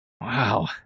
Wow